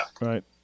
Right